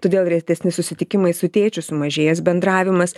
todėl retesni susitikimai su tėčiu sumažėjęs bendravimas